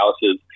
houses